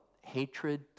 hatred